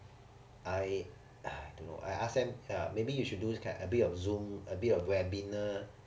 I ah don't know I ask them uh maybe you should do a bit of zoom a bit of webinar